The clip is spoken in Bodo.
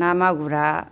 ना मागुरा